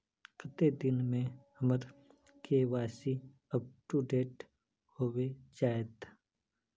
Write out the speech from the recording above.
कते दिन में हमर के.वाई.सी अपडेट होबे जयते?